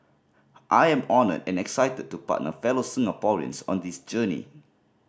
I am honoured and excited to partner fellow Singaporeans on this journey